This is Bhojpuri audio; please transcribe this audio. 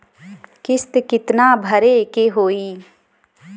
किस्त कितना भरे के होइ?